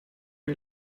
est